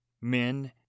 men